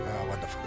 wonderful